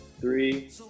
three